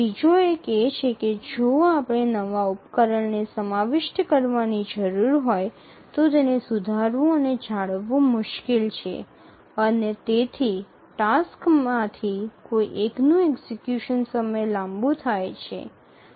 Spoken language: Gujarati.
બીજો એક એ છે કે જો આપણે નવા ઉપકરણને સમાવિષ્ટ કરવાની જરૂર હોય તો તેને સુધારવું અને જાળવવું મુશ્કેલ છે અને તેથી ટાસક્સમાંથી કોઈ એકનું એક્ઝિકયુશન સમય લાંબુ થાય છે